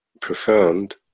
profound